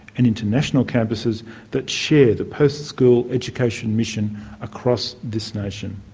and international campuses that share the post-school education mission across this nation.